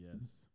Yes